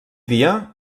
dia